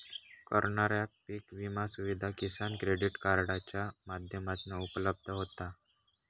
करणाऱ्याक पीक विमा सुविधा किसान क्रेडीट कार्डाच्या माध्यमातना उपलब्ध होता